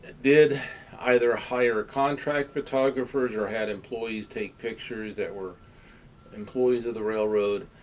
did either hire contract photographers or had employees take pictures that were employees of the railroad.